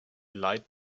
leid